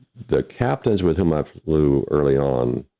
the captains with whom i flew early on,